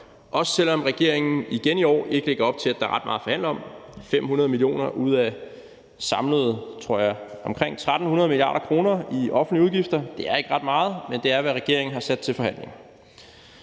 også selv om regeringen igen i år lægger op til, at der ikke er ret meget at forhandle om. 500 mio. kr. ud af samlet, tror jeg, omkring 1.300 mia. kr. i offentlige udgifter er ikke ret meget, men det er, hvad regeringen har sat til forhandling.